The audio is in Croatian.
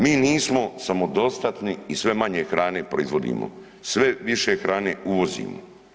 Mi nismo samodostatni i sve manje hrane proizvodimo, sve više hrane uvozimo.